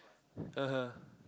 (uh huh)